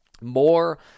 more